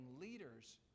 leaders